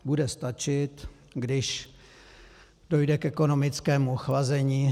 Bude stačit, když dojde k ekonomickému ochlazení.